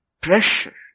pressure